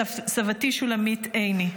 סבתי שולמית עיני.